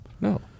no